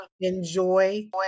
enjoy